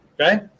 Okay